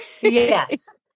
Yes